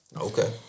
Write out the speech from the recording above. Okay